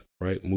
right